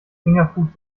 fingerfood